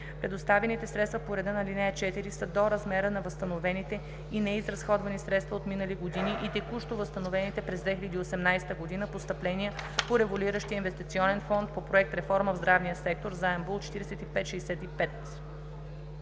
Предоставяните средства по реда на ал. 4 са до размера на възстановените и неизразходвани средства от минали години и текущо възстановяваните през 2018 г. постъпления по Револвиращия инвестиционен фонд по проект „Реформа в здравния сектор – заем БУЛ 4565“.“